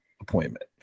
appointment